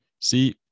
See